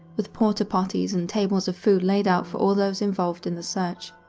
with porta-potties and tables of food laid out for all those involved in the search.